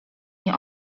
nie